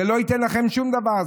זה לא ייתן לכם שום דבר,